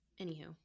anywho